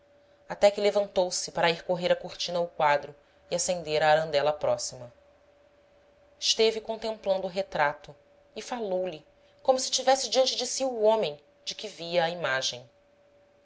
até que levantou-se para ir correr a cortina ao quadro e acender a arandela próxima esteve contemplando o retrato e falou-lhe como se tivesse diante de si o homem de que via a imagem